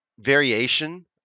variation